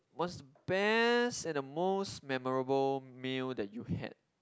what's the best and the most memorable meal that you had